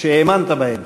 שהאמנת בהם,